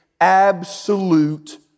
absolute